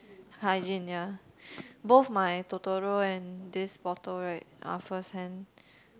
hygiene ya both my Totoro and this bottle right are first hand